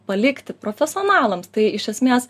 palikti profesionalams tai iš esmės